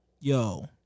Yo